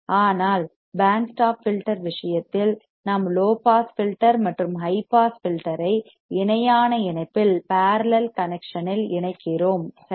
ஆனால் band stop filter விஷயத்தில் நாம் லோ பாஸ் ஃபில்டர் மற்றும் ஹை பாஸ் ஃபில்டர் ஐ இணையான இணைப்பில் பார்லல் கனெக்சன் இணைக்கிறோம் சரி